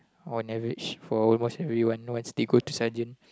on average for almost everyone no escape go to sergeant